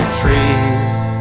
trees